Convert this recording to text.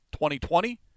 2020